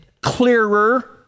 clearer